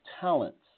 talents